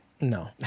no